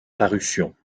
parution